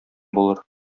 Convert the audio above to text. булыр